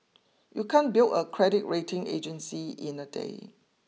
you can't build a credit rating agency in a day